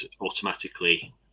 automatically